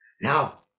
Now